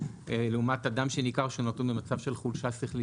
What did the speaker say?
לעומת אדם שניכר שהוא נתון במצב של חולשה שכלית,